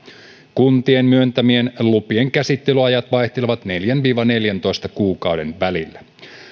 kuntien myöntämien lupien käsittelyajat vaihtelevat neljän ja neljäntoista kuukauden välillä